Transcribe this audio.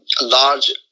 large